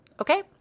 Okay